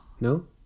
No